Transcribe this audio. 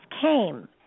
came